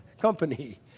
company